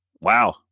Wow